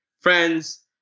friends